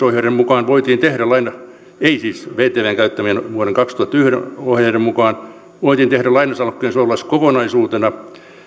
ohjeiden mukaan ei siis vtvn käyttämien vuoden kaksituhattayksi ohjeiden mukaan voitiin tehdä lainasalkkujen suojaus kokonaisuutena